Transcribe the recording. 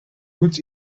goed